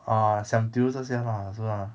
ah siam diu 这些 ha 是 mah